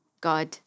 God